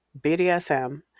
BDSM